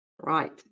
Right